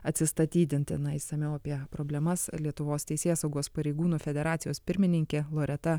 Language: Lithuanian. atsistatydinti išsamiau apie problemas lietuvos teisėsaugos pareigūnų federacijos pirmininkė loreta